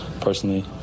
personally